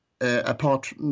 apart